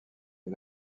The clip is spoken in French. est